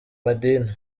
madini